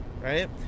right